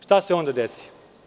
Šta se onda desi?